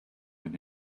with